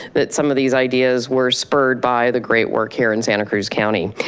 that some of these ideas were spurred by the great work here in santa cruz county.